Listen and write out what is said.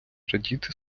радіти